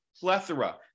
plethora